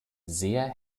sehr